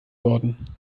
worden